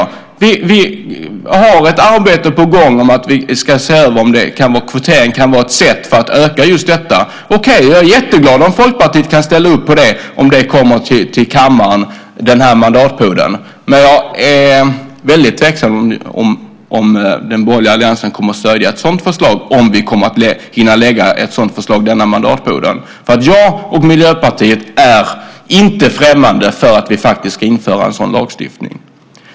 Vi har ett arbete på gång med att vi ska se om kvotering kan vara ett sätt att öka just detta. Okej - jag är jätteglad om Folkpartiet kan ställa upp på det om det kommer till kammaren den här mandatperioden. Men jag är väldigt tveksam till om den borgerliga alliansen kommer att stödja ett sådant förslag om vi hinner lägga fram det denna mandatperiod. Jag och Miljöpartiet är inte främmande för att vi ska införa en sådan lagstiftning.